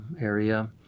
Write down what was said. area